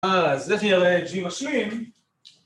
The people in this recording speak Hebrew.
אז איך יראה G משלים